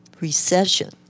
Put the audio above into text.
recession